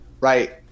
right